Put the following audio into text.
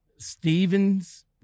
Stevens